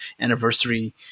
anniversary